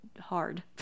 hard